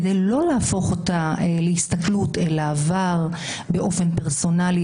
כדי לא להפוך אותה להסתכלות אל העבר באופן פרסונלי,